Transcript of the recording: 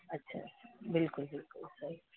अच्छा अच्छा बिल्कुल बिल्कुल